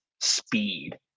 speed